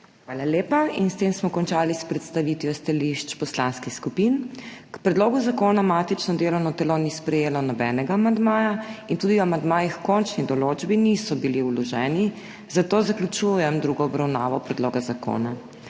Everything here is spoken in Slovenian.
Hvala lepa. S tem smo končali s predstavitvijo stališč poslanskih skupin. K predlogu zakona matično delovno telo ni sprejelo nobenega amandmaja in tudi amandmaji h končni določbi niso bili vloženi, zato zaključujem drugo obravnavo predloga zakona.